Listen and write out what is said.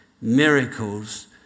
miracles